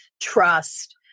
trust